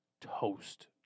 toast